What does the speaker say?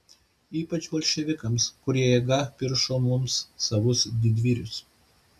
ypač bolševikams kurie jėga piršo mums savus didvyrius